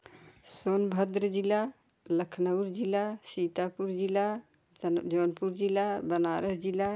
सोनभद्र जिला लखनऊ जिला सीतापुर जिला तन जोनपुर जिला बनारस जिला